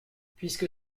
puisque